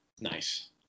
nice